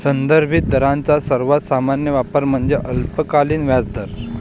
संदर्भित दरांचा सर्वात सामान्य वापर म्हणजे अल्पकालीन व्याजदर